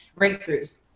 breakthroughs